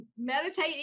meditate